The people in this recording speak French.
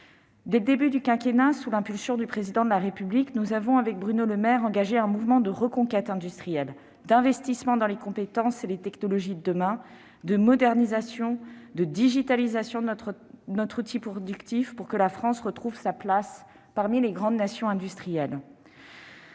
Dès le début du quinquennat, sous l'impulsion du Président de la République, nous avons avec Bruno Le Maire engagé un mouvement de reconquête industrielle, d'investissement dans les compétences et les technologies de demain, de modernisation, de digitalisation de notre outil productif, pour que la France retrouve sa place parmi les grandes nations industrielles.